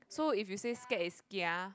so if you said scared is kia